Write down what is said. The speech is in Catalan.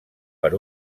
per